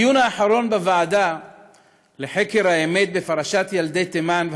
הדיון האחרון בוועדה לחקר האמת בפרשת ילדי תימן,